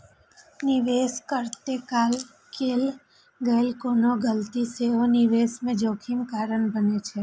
निवेश करैत काल कैल गेल कोनो गलती सेहो निवेश मे जोखिम कारण बनै छै